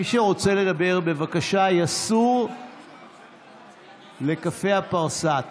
מי שרוצה לדבר, בבקשה יסור לקפה הפרסה.